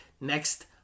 next